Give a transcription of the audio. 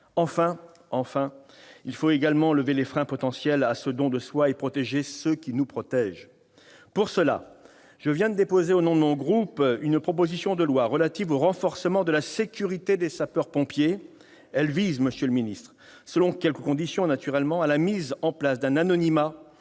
Enfin, il faut également lever les freins potentiels à ce don de soi et protéger ceux qui nous protègent. Oui ! À cette fin, je viens de déposer au nom de mon groupe une proposition de loi relative au renforcement de la sécurité des sapeurs-pompiers. Elle vise, selon quelques conditions, à la mise en place d'un anonymat